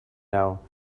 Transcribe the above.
now